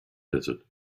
desert